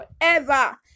forever